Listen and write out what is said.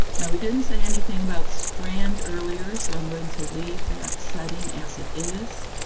now, we didn't say anything about strand earlier, so i'm going to leave that setting as it is.